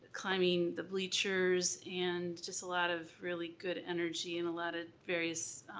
i mean the bleachers and just a lot of really good energy and a lot of various,